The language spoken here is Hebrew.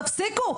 תפסיקו.